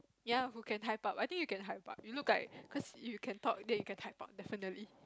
ya who can hype up I think you can hype up you look like cause you can talk then you can hype up definitely